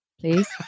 please